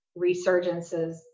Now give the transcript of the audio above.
resurgences